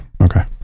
Okay